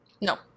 No